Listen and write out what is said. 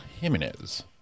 Jimenez